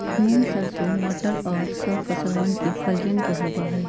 मूंग, सरसों, मटर और सब फसलवन के फलियन होबा हई